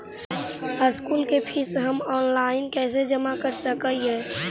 School के फीस हम ऑनलाइन कैसे जमा कर सक हिय?